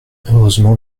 heureusement